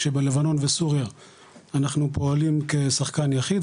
כשבלבנון וסוריה אנחנו פועלים כשחקן יחיד,